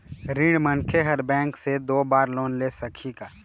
ऋणी मनखे हर बैंक से दो बार लोन ले सकही का?